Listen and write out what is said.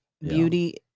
beauty